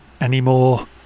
anymore